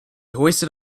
hoisted